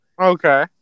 Okay